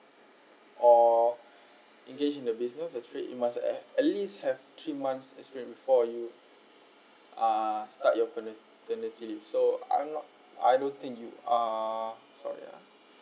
or engage in the business actually it must have at least have three months experience before you uh start your paternity leave so I'm not I don't think you are sorry ya